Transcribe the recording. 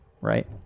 right